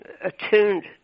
attuned